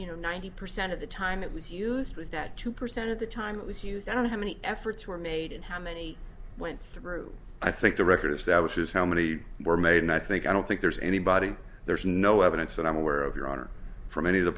you know ninety percent of the time it was used was that two percent of the time it was used on how many efforts were made and how many went through i think the record establishes how many were made and i think i don't think there's anybody there's no evidence that i'm aware of your honor from any of the